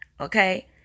Okay